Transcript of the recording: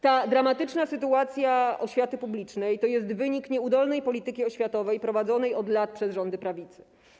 Ta dramatyczna sytuacja oświaty publicznej to jest wynik nieudolnej polityki oświatowej prowadzonej od lat przez rządy prawicy.